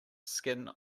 skin